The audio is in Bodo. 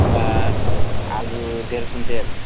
होनबा आलु देर कुइन्टेल